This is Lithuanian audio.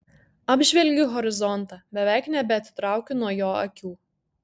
apžvelgiu horizontą beveik nebeatitraukiu nuo jo akių